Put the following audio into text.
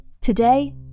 today